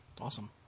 awesome